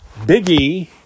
Biggie